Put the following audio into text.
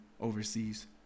overseas